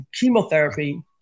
chemotherapy